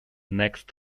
next